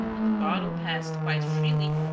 and the bottle passed quite freely,